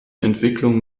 entwicklung